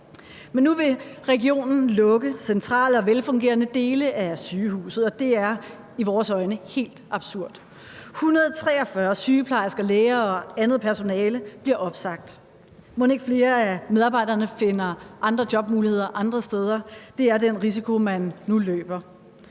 Men nu vil regionen lukke centrale og velfungerende dele af sygehuset, og det er i vores øjne helt absurd. 143 sygeplejersker, læger og andet personale bliver opsagt, og mon ikke flere af medarbejderne finder andre jobmuligheder andre steder? Det er den risiko, man nu løber,